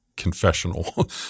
confessional